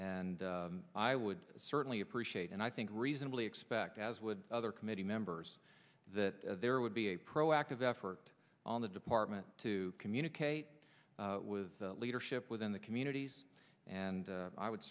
and i would certainly appreciate and i think reasonably expect as with other committee members that there would be a proactive effort on the department to communicate with the leadership within the communities and i would